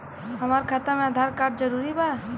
हमार खाता में आधार कार्ड जरूरी बा?